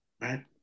Right